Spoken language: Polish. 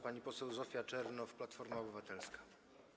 Pani poseł Zofia Czernow, Platforma Obywatelska.